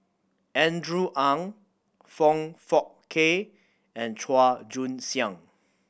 Andrew Ang Foong Fook Kay and Chua Joon Siang